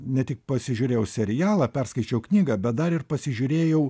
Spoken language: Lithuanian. ne tik pasižiūrėjau serialą perskaičiau knygą bet dar ir pasižiūrėjau